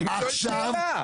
אני שואל שאלה.